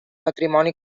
patrimoni